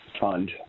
fund